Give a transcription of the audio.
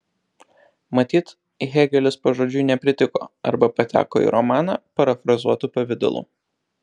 matyt hėgelis pažodžiui nepritiko arba pateko į romaną parafrazuotu pavidalu